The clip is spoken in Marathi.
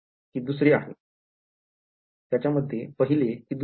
त्याच्यामध्ये पहिले कि दुसरे आहे